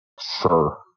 Sure